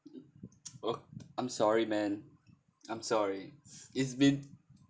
oh I'm sorry man I'm sorry it's been